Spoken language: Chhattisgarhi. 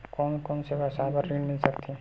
कोन कोन से व्यवसाय बर ऋण मिल सकथे?